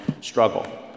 struggle